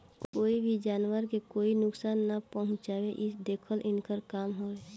कोई भी जानवर के कोई नुकसान ना पहुँचावे इ देखल इनकर काम हवे